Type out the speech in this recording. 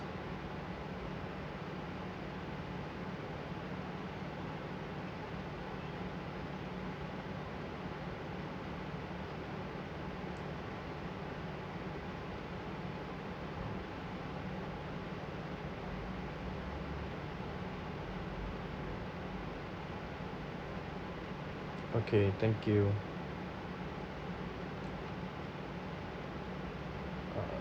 okay thank you